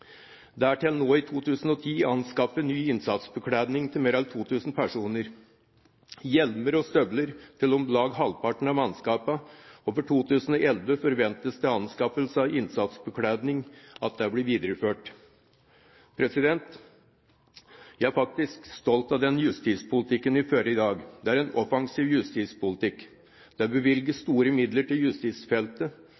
til nå i 2010 anskaffet ny innsatsbekledning til mer enn 2 000 personer, hjelmer og støvler til om lag halvparten av mannskapene. For 2011 forventes det at anskaffelse av innsatsbekledning blir videreført. Jeg er faktisk stolt av den justispolitikken vi fører i dag. Det er en offensiv justispolitikk. Det